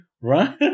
Right